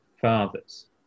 fathers